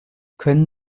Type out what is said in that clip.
können